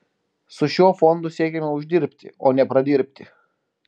su šiuo fondu siekiame uždirbti o ne pradirbti